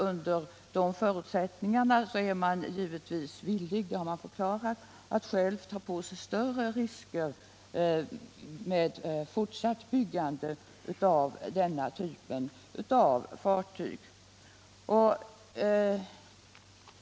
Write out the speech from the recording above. Under de förutsättningarna är man givetvis villig — det har man förklarat — att själv ta på sig större risker vid fortsatt byggande av denna typ av fartyg.